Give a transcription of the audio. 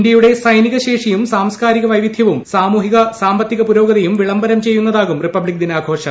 ഇന്ത്യയുടെ സൈനികശേഷിയും സാർസ്കാരിക വൈവിദ്ധ്യവും സാമൂഹിക സാമ്പത്തിക പുരോഗതിയും വിളംബരം ചെയ്യുന്നതാകും റിപ്പബ്ലിക് ദിനാഘോഷം